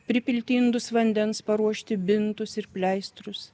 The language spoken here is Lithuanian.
pripilti indus vandens paruošti bintus ir pleistrus